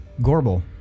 Gorbel